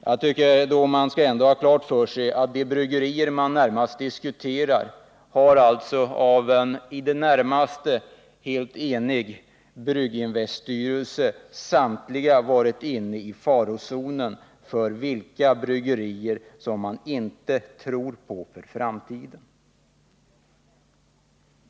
Jag tycker att man ändå skall ha klart för sig att av de bryggerier man närmast diskuterar har, av en i det närmaste helt enig Brygginveststyrelse, samtliga ansetts vara i farozonen som sådana bryggerier man inte tror på för framtiden.